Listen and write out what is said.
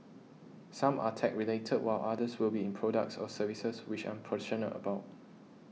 some are tech related while others will be in products or services which I'm about